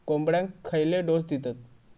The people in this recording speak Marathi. कोंबड्यांक खयले डोस दितत?